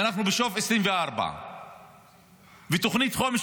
ואנחנו בסוף 2024. תוכנית חומש,